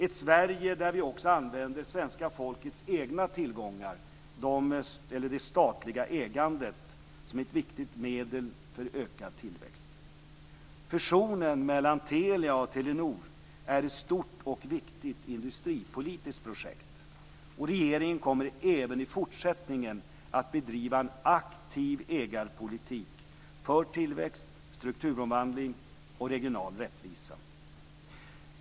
Ett Sverige där vi också använder svenska folkets egna tillgångar - det statliga ägandet - som ett viktigt medel för ökad tillväxt. Fusionen mellan Telia och Telenor är ett stort och viktigt industripolitiskt projekt. Regeringen kommer även i fortsättning att bedriva en aktiv ägarpolitik för tillväxt, strukturomvandling och regional rättvisa.